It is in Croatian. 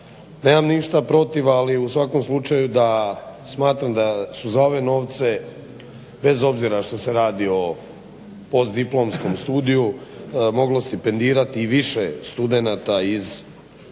Nemam ništa protiv, ali u svakom slučaju da, smatram da su za ove novce bez obzira što se radi o postdiplomskom studiju moglo stipendirati i više studenata iz raznih